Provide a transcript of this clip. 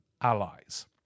allies